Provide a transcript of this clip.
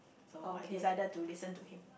so I decided to listen to him